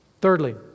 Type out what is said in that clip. Thirdly